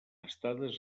estades